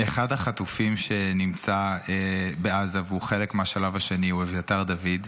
אחד החטופים שנמצא בעזה והוא חלק מהשלב השני הוא אביתר דוד.